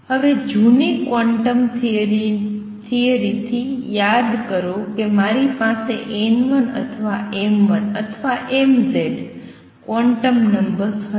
હવે જૂની ક્વોન્ટમ થિયરીથી યાદ રાખો કે મારી પાસે n1 અથવા m1 અથવા mz ક્વોન્ટમ નંબર્સ હતા